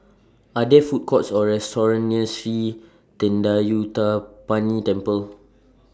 Are There Food Courts Or restaurants near Sri Thendayuthapani Temple